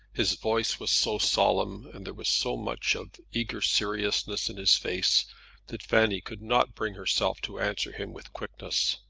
his voice was so solemn, and there was so much of eager seriousness in his face that fanny could not bring herself to answer him with quickness.